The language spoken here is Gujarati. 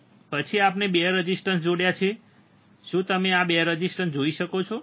પછી આપણે 2 રેઝિસ્ટર જોડ્યા છે શું તમે 2 રેઝિસ્ટર જોઈ શકો છો